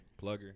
Plugger